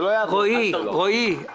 גפני,